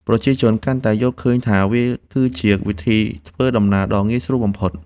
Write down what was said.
ប្រជាជនកាន់តែយល់ឃើញថា វាគឺជាវិធីធ្វើដំណើរដ៏ងាយស្រួលបំផុត។